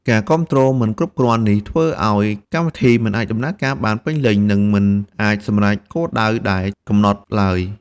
ការគាំទ្រមិនគ្រប់គ្រាន់នេះធ្វើឲ្យកម្មវិធីមិនអាចដំណើរការបានពេញលេញ និងមិនអាចសម្រេចគោលដៅដែលបានកំណត់ឡើយ។